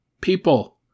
People